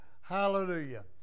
Hallelujah